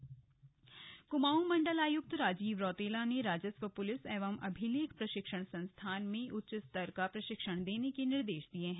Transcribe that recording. कुमाऊं आयुक्त अल्मोड़ा कुमाऊं मंडल आयुक्त राजीव रौतेला ने राजस्व पुलिस एवं अभिलेख प्रशिक्षण संस्थान में उच्च स्तर का प्रशिक्षण देने के निर्देश दिये हैं